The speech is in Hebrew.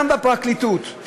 גם בפרקליטות,